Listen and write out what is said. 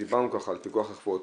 ודיברנו על פיקוח החברות,